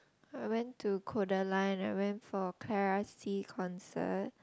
I went to Kodaline I went for concert